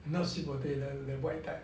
not sweet potato the white type